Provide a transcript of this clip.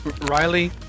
riley